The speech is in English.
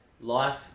life